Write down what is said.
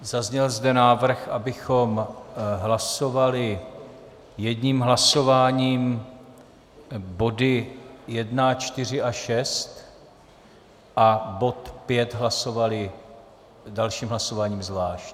Zazněl zde návrh, abychom hlasovali jedním hlasováním body 1 až 4 a 6 a bod 5 hlasovali dalším hlasováním zvlášť.